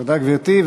תודה, גברתי.